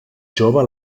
jove